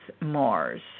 Mars